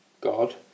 God